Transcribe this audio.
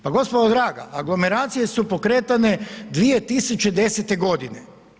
Pa gospodo draga, aglomeracije su pokretane 2010. godine.